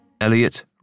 Elliot